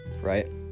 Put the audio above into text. right